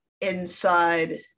inside